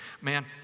Man